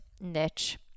niche